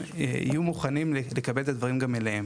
יהיו מוכנים לקבל את הדברים גם אליהם.